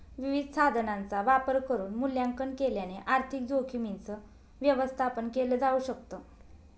विविध साधनांचा वापर करून मूल्यांकन केल्याने आर्थिक जोखीमींच व्यवस्थापन केल जाऊ शकत